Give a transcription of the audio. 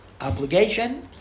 obligation